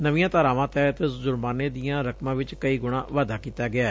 ਨਵੀਆਂ ਧਾਰਾਵਾਂ ਤਹਿਤ ਜੁਰਮਾਨੇ ਦੀਆਂ ਰਕਮਾਂ ਚ ਕਈ ਗੁਣਾ ਵਾਧਾ ਕੀਤਾ ਗਿਐ